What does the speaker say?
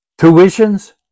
tuitions